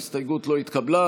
ההסתייגות לא התקבלה.